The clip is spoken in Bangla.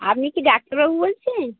আপনি কি ডাক্তারবাবু বলছেন